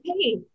Hey